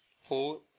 four